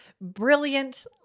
brilliant